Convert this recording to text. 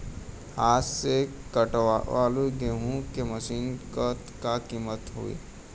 हाथ से कांटेवाली गेहूँ के मशीन क का कीमत होई?